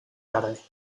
tarde